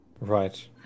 Right